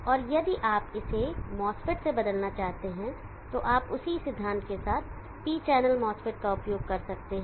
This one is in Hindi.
और यदि आप इसे एक MOSFET से बदलना चाहते हैं तो आप उसी सिद्धांत के साथ P चैनल MOSFET का उपयोग कर सकते हैं